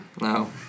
No